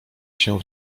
się